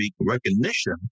recognition